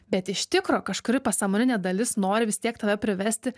bet iš tikro kažkuri pasąmoninė dalis nori vis tiek tave privesti